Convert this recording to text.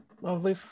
lovely